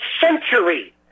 century